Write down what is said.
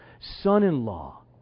son-in-law